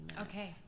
Okay